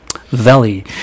Valley